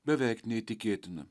beveik neįtikėtina